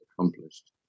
accomplished